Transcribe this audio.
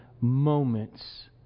moments